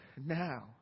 Now